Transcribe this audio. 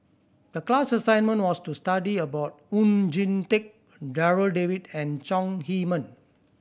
the class assignment was to study about Oon Jin Teik Darryl David and Chong Heman